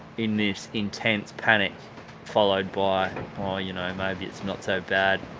in this intense panic followed by oh you know, maybe it's not so bad